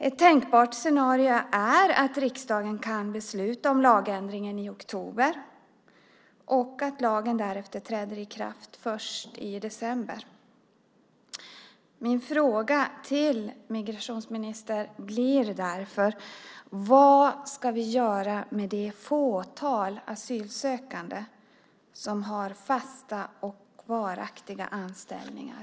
Ett tänkbart scenario är att riksdagen beslutar om lagändringen i oktober och att lagen träder i kraft först i december. Min fråga till migrationsministern blir därför: Vad ska vi under tiden göra med det fåtal asylsökande som har fasta och varaktiga anställningar?